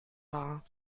war